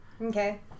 Okay